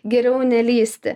geriau nelįsti